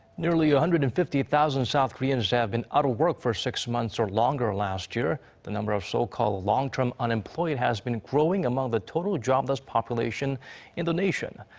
nearly one hundred and fifty thousand south koreans have been out of work for six months or longer last year. the number of so-called long-term unemployed has been growing among the total jobless population in the nation.